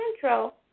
Central